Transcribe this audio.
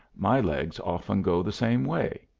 my legs often go the same way.